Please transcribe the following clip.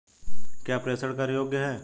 क्या प्रेषण कर योग्य हैं?